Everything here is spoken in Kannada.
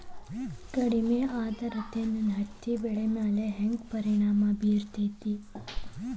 ಕಡಮಿ ಆದ್ರತೆ ನನ್ನ ಹತ್ತಿ ಬೆಳಿ ಮ್ಯಾಲ್ ಹೆಂಗ್ ಪರಿಣಾಮ ಬಿರತೇತಿ?